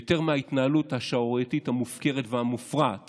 ויותר מההתנהלות השערורייתית, המופקרת והמופרעת